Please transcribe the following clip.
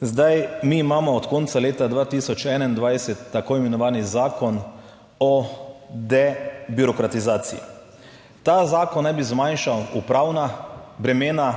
Zdaj, mi imamo od konca leta 2021 tako imenovani Zakon o debirokratizaciji. Ta zakon naj bi zmanjšal upravna bremena,